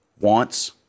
wants